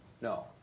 no